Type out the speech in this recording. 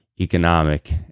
economic